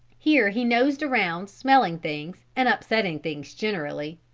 here he nosed around smelling things and upsetting things generally,